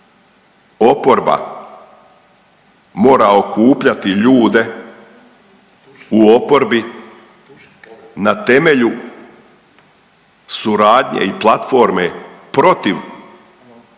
oporba mora okupljati ljude u oporbi na temelju suradnje i platforme protiv